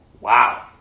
wow